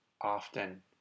often